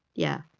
yeah.